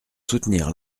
soutenir